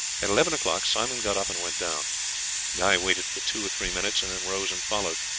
at eleven o'clock simon got up and went down guy waited for two or three minutes and then rose and followed.